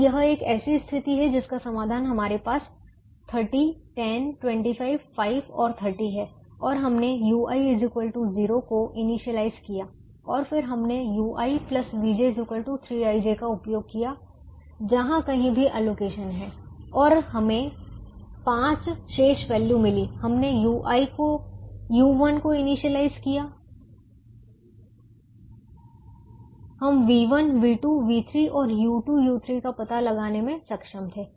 अब यह एक ऐसी स्थिति है जिसका समाधान हमारे पास 30 10 25 5 और 30 है और हमने u1 0 को इनिशियलाइज़ किया और फिर हमने ui vj Cij का उपयोग किया जहाँ कहीं भी एलोकेशन है और हमें 5 शेष वैल्यू मिली हमने u1 को इनिशियलाइज़ किया हम v1 v2 v3 और u2 u3 का पता लगाने में सक्षम थे